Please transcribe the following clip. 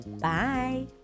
Bye